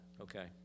okay